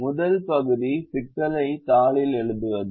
முதல் பகுதி சிக்கலை தாளில் எழுதுவது